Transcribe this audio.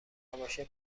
نباشه